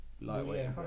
lightweight